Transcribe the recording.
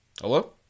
Hello